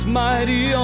mighty